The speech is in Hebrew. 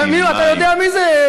אמיר, אתה יודע מי זה?